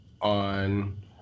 on